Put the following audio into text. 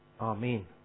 Amen